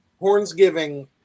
Hornsgiving